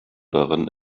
daran